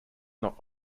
not